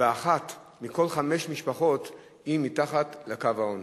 ואחת מכל חמש משפחות היא מתחת לקו העוני.